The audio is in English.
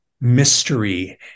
mystery